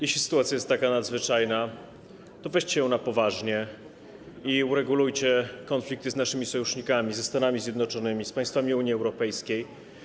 Jeśli sytuacja jest taka nadzwyczajna, to weźcie ją na poważnie i uregulujcie konflikty z naszymi sojusznikami: ze Stanami Zjednoczonymi, z państwami Unii Europejskiej.